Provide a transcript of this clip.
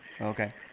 Okay